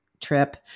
trip